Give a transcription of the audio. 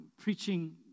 preaching